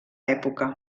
època